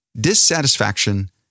dissatisfaction